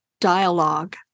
dialogue